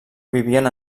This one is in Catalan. vivien